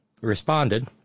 responded